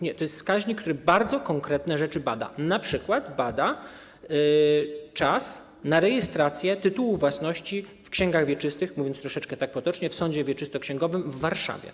Nie, to jest wskaźnik, który bada bardzo konkretne rzeczy, np. bada czas na rejestrację tytułu własności w księgach wieczystych, mówiąc troszeczkę potocznie: w sądzie wieczystoksięgowym w Warszawie.